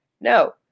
No